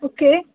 okay